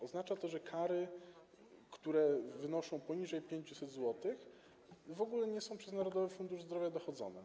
Oznacza to, że kary, które wynoszą poniżej 500 zł, w ogóle nie są przez Narodowy Fundusz Zdrowia dochodzone.